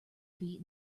feet